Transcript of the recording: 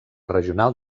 regional